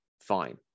fine